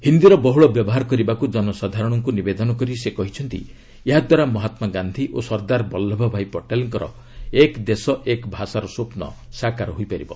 ହିନ୍ଦୀର ବହୁଳ ବ୍ୟବହାର କରିବାକୁ ଜନସାଧାରଣଙ୍କୁ ନିବେଦନ କରି ସେ କହିଛନ୍ତି ଏହାଦ୍ୱାରା ମହାତ୍କାଗାନ୍ଧି ଓ ସର୍ଦ୍ଦାର ବଲ୍ଲଭଭାଇ ପଟେଲ୍ଙ୍କ ଏକ ଦେଶ ଏକ ଭାଷା ର ସ୍ୱପ୍ନ ସାକାର ହୋଇପାରିବ